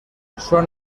son